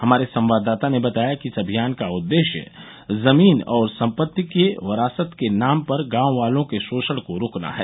हमारे संवाददाता ने बताया कि इस अभियान का उद्देश्य जमीन और संपति की वरासत के नाम पर गांव वालों के शोषण को रोकना है